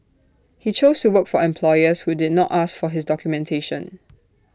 he chose to work for employers who did not ask for his documentation